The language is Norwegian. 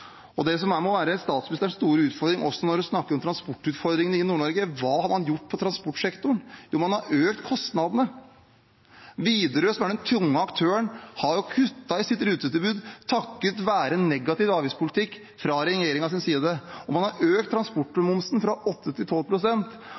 de er sentralisert. Det må være statsministerens store utfordring også når hun snakker om transportutfordringene i Nord-Norge, for hva har man gjort på transportsektoren? Jo, man har økt kostnadene. Widerøe, som er den tunge aktøren, har kuttet i sitt rutetilbud takket være negativ avgiftspolitikk fra regjeringens side, og man har økt